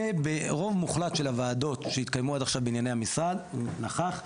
וברוב מוחלט של הוועדות שהתקיימו עד עכשיו בענייני המשרד הוא נכח.